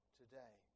today